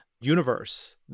universe